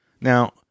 Now